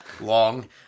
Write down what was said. long